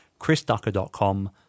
chrisducker.com